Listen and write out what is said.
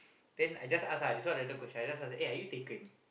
then I just ask ah this one random question I just ask eh are you taken